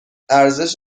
ارزش